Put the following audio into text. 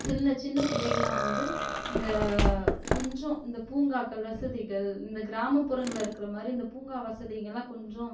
சின்னச் சின்ன பிள்ளைகளெலாம் வந்து இந்த கொஞ்சம் இந்தப் பூங்காக்கள் வசதிகள் இந்தக் கிராமப்புறங்களில் இருக்கிற மாதிரி இந்தப் பூங்கா வசதிங்களெலாம் கொஞ்சம்